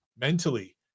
mentally